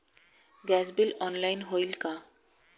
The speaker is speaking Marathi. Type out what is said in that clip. गॅस बिल ऑनलाइन होईल का?